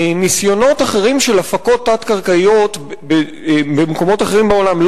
ניסיונות אחרים של הפקות תת-קרקעיות במקומות אחרים בעולם,